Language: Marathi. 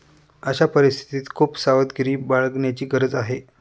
अशा परिस्थितीत खूप सावधगिरी बाळगण्याची गरज आहे